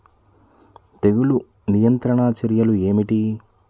తెగులు నియంత్రణ చర్యలు ఏమిటి?